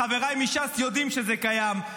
חבריי מש"ס יודעים שזה קיים,